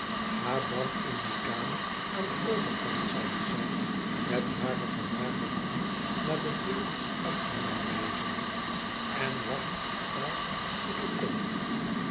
ga dan in die kamer aan den overkant zeide zij met hare vermagerde hand naar de deur achter mij wijzende en wacht daar tot ik kom